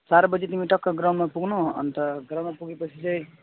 चार बजी तिमी टक्कै ग्राउन्डमा पुग्नु अन्त ग्राउन्डमा पुगेपछि चाहिँ